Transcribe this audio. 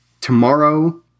tomorrow